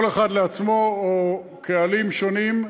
כל אחד לעצמו או קהלים שונים,